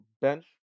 bench